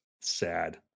sad